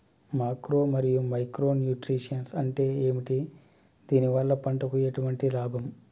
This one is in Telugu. మాక్రో మరియు మైక్రో న్యూట్రియన్స్ అంటే ఏమిటి? దీనివల్ల పంటకు ఎటువంటి లాభం?